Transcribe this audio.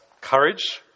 courage